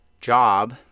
job